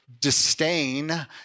disdain